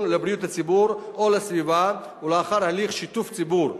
לבריאות הציבור או לסביבה ולאחר הליך שיתוף ציבור.